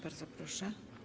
Bardzo proszę.